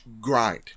grind